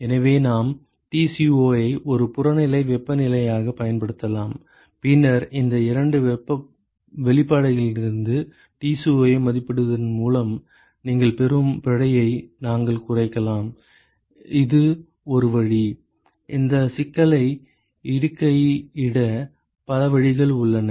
எனவே நாம் Tco ஐ ஒரு புறநிலை வெப்பநிலையாகப் பயன்படுத்தலாம் பின்னர் இந்த இரண்டு வெளிப்பாடுகளிலிருந்து Tco ஐ மதிப்பிடுவதன் மூலம் நீங்கள் பெறும் பிழையை நாங்கள் குறைக்கலாம் இது ஒரு வழி இந்த சிக்கலை இடுகையிட பல வழிகள் உள்ளன